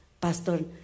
pastor